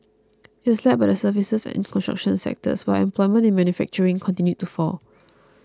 it was led by the services and construction sectors while employment in manufacturing continued to fall